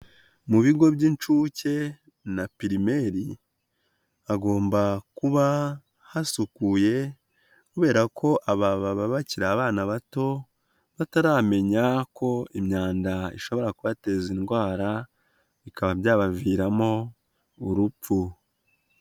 Mu bigo by'inshuke na pirimeri, hagomba kuba hasukuye kubera ko aba baba bakiri abana bato bataramenya ko imyanda ishobora kubateza indwara bikaba byabaviramo urupfu.